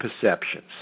perceptions